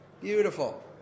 Beautiful